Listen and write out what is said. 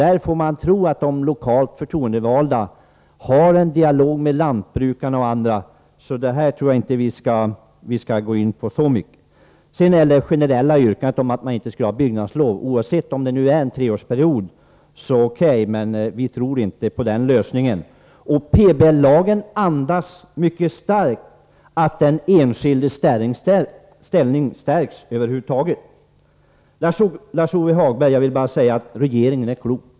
Man får anta att de lokalt förtroendevalda har en dialog med lantbrukare och andra, så det här tror jag som sagt inte att vi skall gå in på så mycket. Beträffande det generella yrkandet om att man inte skall ha byggnadslov, oavsett om det nu gäller en treårsperiod eller ej, tror vi inte på denna lösning. PBL-lagen ger mycket starkt uttryck för att den enskildes ställning över huvud taget stärks. Till Lars-Ove Hagberg vill jag bara säga att regeringen är klok.